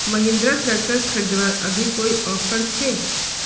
Mahindra tractor खरीदवार अभी कोई ऑफर छे?